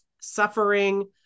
suffering